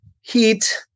Heat